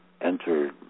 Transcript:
entered